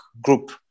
group